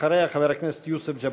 אחריה, חבר הכנסת יוסף ג'בארין.